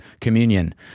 communion